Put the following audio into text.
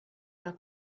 alla